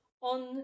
on